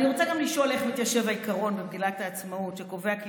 ואני גם רוצה לשאול: איך מתיישב העיקרון במגילת העצמאות שקובע כי